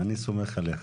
אני סומך עליך.